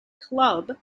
club